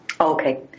okay